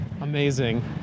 Amazing